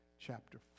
chapter